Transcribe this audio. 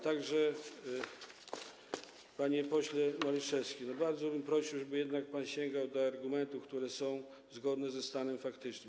Tak że, panie pośle Maliszewski, bardzo bym prosił, żeby jednak pan sięgał do argumentów, które są zgodne ze stanem faktycznym.